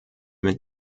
mit